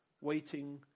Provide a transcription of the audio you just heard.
Waiting